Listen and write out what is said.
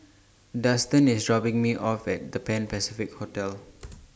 Dustan IS dropping Me off At The Pan Pacific Hotel